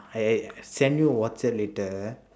eh eh I send you WhatsApp later ah